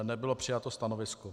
Nebylo přijato stanovisko.